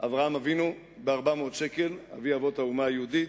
אברהם אבינו ב-400 שקל, אבי אבות האומה היהודית.